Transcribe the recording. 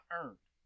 earned